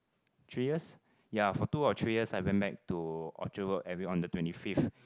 three years ya for two or three years I went back to Orchard-Road every on the twenty fifth